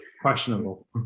questionable